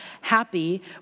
happy